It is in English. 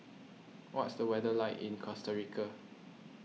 what's the weather like in Costa Rica